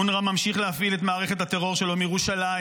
אונר"א ממשיך להפעיל את מערכת הטרור שלו מירושלים,